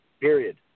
period